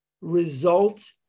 result